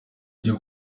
ryo